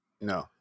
No